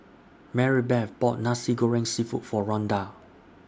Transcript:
Maribeth bought Nasi Goreng Seafood For Rhonda